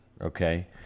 okay